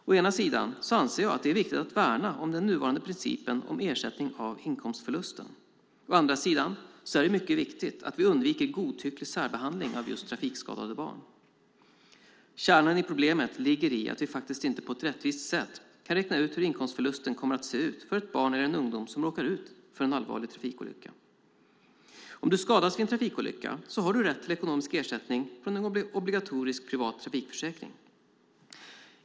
Å ena sidan anser jag att det är viktigt att värna den nuvarande principen om ersättning av inkomstförlusten. Å andra sidan är det mycket viktigt att vi undviker godtycklig särbehandling av just trafikskadade barn. Kärnan i problemet ligger i att vi faktiskt inte på ett rättvist sätt kan räkna ut hur inkomstförlusten kommer att se ut för ett barn eller en ungdom som råkar ut för en allvarlig olycka. Den som skadas vid en trafikolycka har rätt till ekonomisk ersättning från en obligatorisk privat trafikförsäkring.